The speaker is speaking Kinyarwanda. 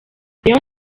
rayon